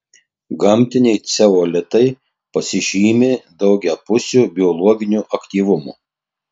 gamtiniai ceolitai pasižymi daugiapusiu biologiniu aktyvumu